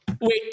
Wait